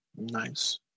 Nice